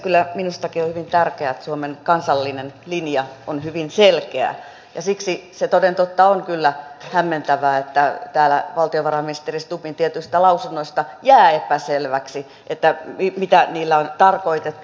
kyllä minustakin on hyvin tärkeää että suomen kansallinen linja on hyvin selkeä ja siksi se toden totta on kyllä hämmentävää että täällä valtiovarainministeri stubbin tietyistä lausunnoista jää epäselväksi mitä niillä on tarkoitettu